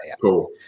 cool